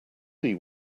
see